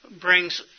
brings